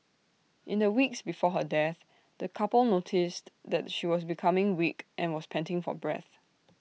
in the weeks before her death the couple noticed that she was becoming weak and was panting for breath